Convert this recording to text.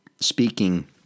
speaking